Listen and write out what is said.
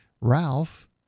Ralph